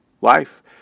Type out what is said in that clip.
life